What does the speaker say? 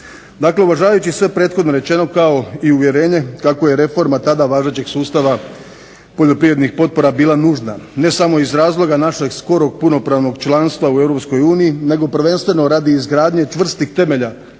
Dakle, uvažavajući sve prethodno rečeno kao i uvjerenje kako je reforma tada važećeg sustava poljoprivrednih potpora bila nužna, ne samo iz razloga našeg skorog punopravnog članstva u Europskoj uniji nego prvenstveno radi izgradnje čvrstih temelja